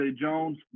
Jones